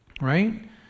right